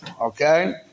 Okay